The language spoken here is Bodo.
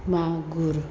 मागुर